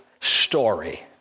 story